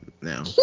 Now